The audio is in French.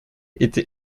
été